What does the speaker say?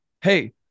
Hey